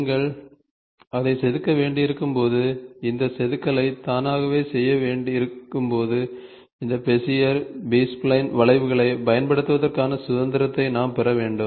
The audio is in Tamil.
நீங்கள் அதை செதுக்க வேண்டியிருக்கும் போது இந்த செதுக்கலை தானாகவே செய்ய வேண்டியிருக்கும் போது இந்த பெசியர் பி ஸ்பைலைன் வளைவுகளைப் பயன்படுத்துவதற்கான சுதந்திரத்தை நாம் பெற வேண்டும்